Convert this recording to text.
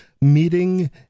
meeting